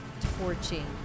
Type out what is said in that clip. torching